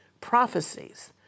prophecies